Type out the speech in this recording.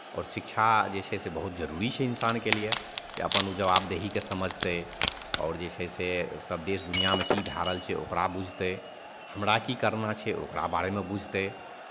आओर शिक्षा जे छै से बहुत जरूरी छै इन्सानके लिए जे अपन ओ जवाबदेहीकेँ समझतै आओर जे छै से सभ देश दुनिआँमे की भए रहल छै ओकरा बुझतै हमरा की करना छै ओकरा बारेमे बुझतै